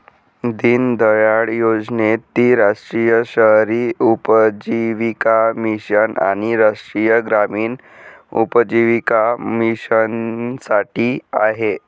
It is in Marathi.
दीनदयाळ योजनेत ती राष्ट्रीय शहरी उपजीविका मिशन आणि राष्ट्रीय ग्रामीण उपजीविका मिशनसाठी आहे